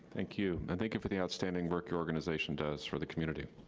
thank you, and thank you for the outstanding work your organization does for the community.